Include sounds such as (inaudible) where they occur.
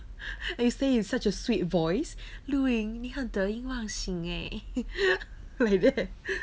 and you say it in such a sweet voice lu ying 你很得意忘形 eh (laughs) like that